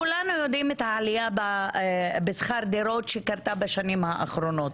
כולנו יודעים על העלייה בשכר דירה שקרתה בשנים האחרונות.